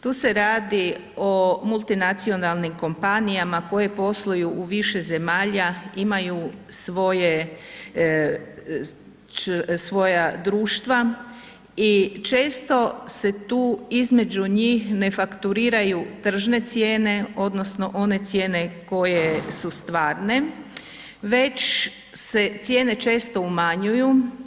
Tu se radi o multinacionalnim kompanijama koje posluju u više zemalja, imaju svoja društva i često se tu između njih ne fakturiraju tržne cijene odnosno one cijene koje su stvarne, već se cijene često umanjuju.